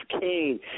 Kane